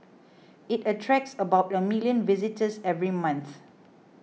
it attracts about a million visitors every month